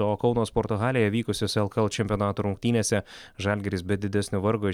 o kauno sporto halėje vykusiose lkl čempionato rungtynėse žalgiris be didesnio vargo